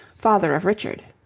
father of richard.